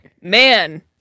Man